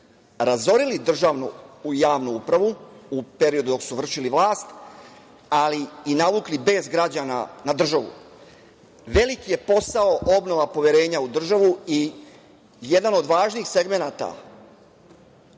razorili državnu javnu upravu u periodu dok su vršili vlast, ali i navukli bes građana na državu. Veliki je posao obnova poverenja u državu i jedan od važnih segmenata